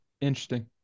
interesting